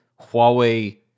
Huawei